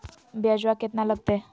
ब्यजवा केतना लगते?